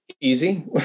easy